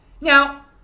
Now